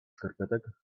skarpetek